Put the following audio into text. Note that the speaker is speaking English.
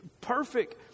perfect